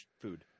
food